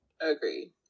Agreed